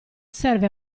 serve